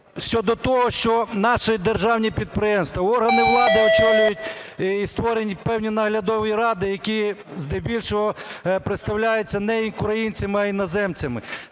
щодо того, що наші державні підприємства, органи влади очолюють і створені певні наглядові ради, які здебільшого представляються не українцями, а іноземцями.